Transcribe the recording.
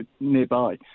nearby